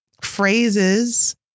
phrases